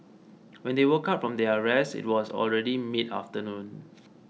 when they woke up from their rest it was already mid afternoon